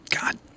God